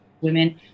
women